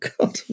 God